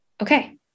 okay